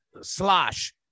slosh